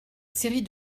série